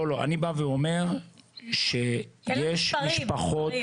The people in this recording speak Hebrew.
לא, אני אומר שיש פחות --- תן לנו מספרים.